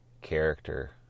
character